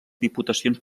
diputacions